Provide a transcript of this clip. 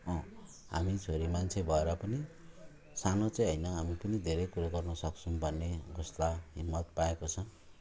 अँ हामी छोरी मान्छे भएर पनि सानो चाहिँ हैन हामी पनि धेरै कुरो गर्नुसक्छौँ भन्ने हौसला हिम्मत पाएको छ